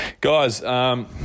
guys